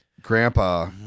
Grandpa